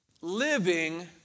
living